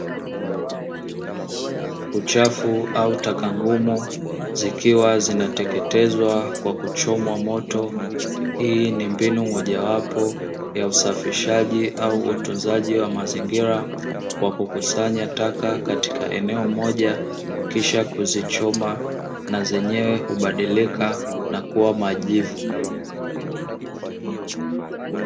Uchafu au taka ngumu zikiwa zinateketezwa kwa kuchomwa moto; hii ni mbinu moja wapo ya usafishaji au utunzaji wa mazingira, kwa kukusanya taka katika eneo moja kisha kuzichoma, na zenyewe hubadilika na kuwa majivu.